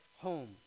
home